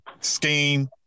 scheme